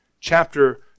chapter